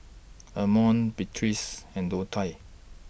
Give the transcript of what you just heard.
Armond Beatriz and Donte